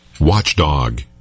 watchdog